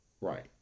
Right